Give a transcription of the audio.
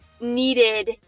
needed